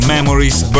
Memories